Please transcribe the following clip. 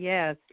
Yes